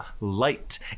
light